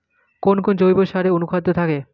কোন কোন জৈব সারে অনুখাদ্য থাকে?